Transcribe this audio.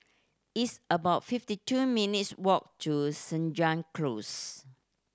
it's about fifty two minutes' walk to Senja Close